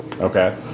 Okay